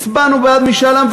הצבענו בעד משאל עם,